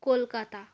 Kolkata